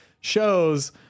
shows